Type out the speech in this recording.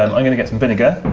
um i'm gonna get some vinegar,